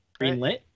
Greenlit